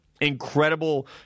incredible